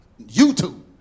YouTube